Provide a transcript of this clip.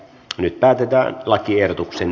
nyt päätetään lakiehdotuksen